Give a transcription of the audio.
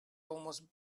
almost